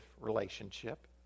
relationship